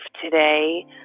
today